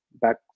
back